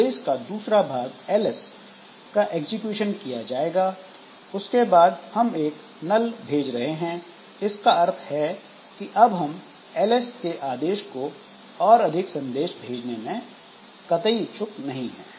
आदेश का दूसरा भाग ls का एग्जीक्यूशन किया जाएगा उसके बाद हम एक नल भेज रहे हैं इसका अर्थ है कि अब हम ls आदेश को और अधिक संदेश भेजने में के इच्छुक नहीं है